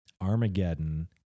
Armageddon